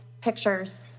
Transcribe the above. pictures